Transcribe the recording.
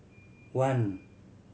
one